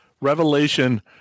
Revelation